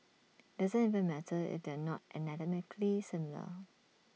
doesn't even matter if they're not anatomically similar